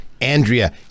Andrea